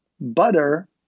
butter